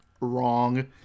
Wrong